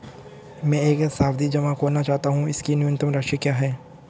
मैं एक सावधि जमा खोलना चाहता हूं इसकी न्यूनतम राशि क्या है?